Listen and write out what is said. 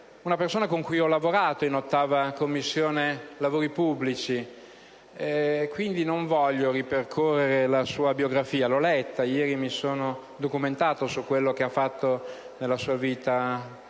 una persona con cui ho lavorato nella Commissione lavori pubblici. Non voglio quindi ripercorrere la sua biografia: l'ho letta, ieri mi sono documentato su quello cha ha fatto nella sua vita